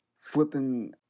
flipping